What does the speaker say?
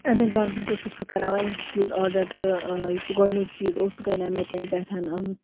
اٮ۪مَزان پٮ۪ٹھ ٲسٕس بہٕ کران واریاہ چیٖز آرڈَر تہٕ یُس گۄڈٕنیُک چیٖز اوس سُہ کرے مےٚ تَمہِ پٮ۪ٹھ